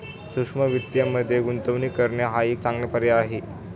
सूक्ष्म वित्तमध्ये गुंतवणूक करणे हा एक चांगला पर्याय आहे